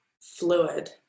fluid